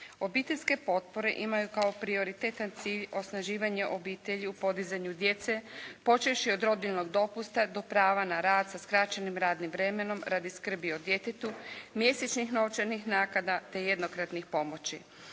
Obiteljske potpore imaju kao prioritetan cilj osnaživanje obitelji u podizanju djece počevši od rodiljnog dopusta do prava na rad sa skraćenim radnim vremenom radi skrbi o djetetu, mjesečnih novčanih naknada te jednokratnih pomoći.